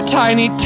tiny